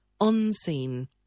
Unseen